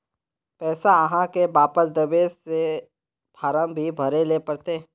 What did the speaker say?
पैसा आहाँ के वापस दबे ते फारम भी भरें ले पड़ते?